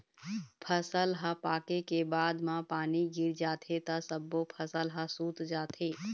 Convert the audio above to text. फसल ह पाके के बाद म पानी गिर जाथे त सब्बो फसल ह सूत जाथे